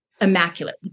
immaculate